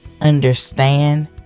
understand